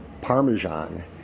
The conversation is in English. Parmesan